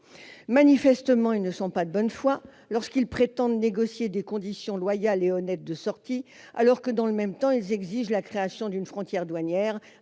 Manifestement, ils ne sont pas de bonne foi lorsqu'ils prétendent négocier des conditions loyales et honnêtes de sortie, alors que dans le même temps ils exigent la création d'une frontière douanière